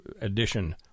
edition